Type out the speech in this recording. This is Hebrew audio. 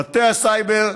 מטה הסייבר,